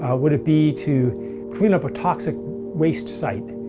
ah would it be to clean up a toxic waste site?